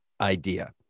Idea